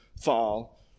fall